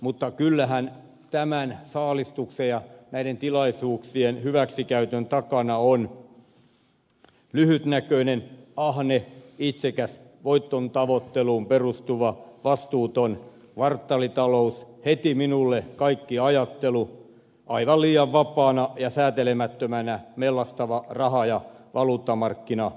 mutta kyllähän tämän saalistuksen ja näiden tilaisuuksien hyväksikäytön takana on lyhytnäköinen ahne itsekäs voitontavoitteluun perustuva vastuuton kvartaalitalous heti minulle kaikki ajattelu aivan liian vapaana ja säätelemättömänä mellastava raha ja valuuttamarkkinatoiminta